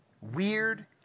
weird